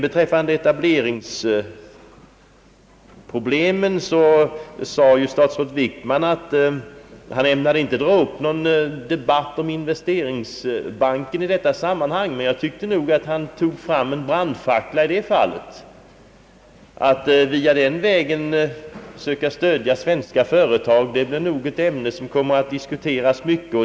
Beträffande etableringsproblemen sade statsrådet Wickman att han inte ämnade dra upp någon debatt om investeringsbanken i detta sammanhang, men jag tyckte att han tog fram en brandfackla i det fallet. Att via denna bank söka stödja svenska företag blir nog ett ämne som kommer att diskuteras mycket.